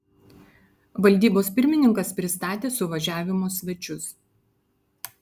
valdybos pirmininkas pristatė suvažiavimo svečius